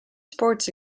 sports